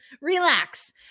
Relax